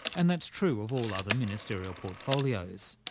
and that's true of all other ministerial portfolios.